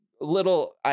Little